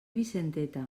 vicenteta